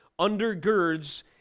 undergirds